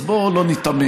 אז בוא לא ניתמם.